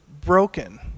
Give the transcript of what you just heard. broken